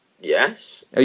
Yes